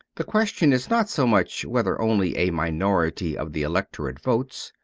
the question is not so much whether only a minority of the electorate votes.